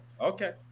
okay